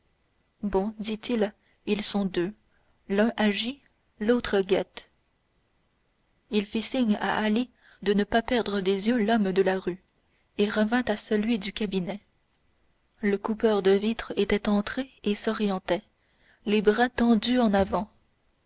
bon dit-il ils sont deux l'un agit l'autre guette il fit signe à ali de ne pas perdre des yeux l'homme de la rue et revint à celui du cabinet le coupeur de vitres était entré et s'orientait les bras tendus en avant